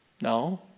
No